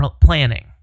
planning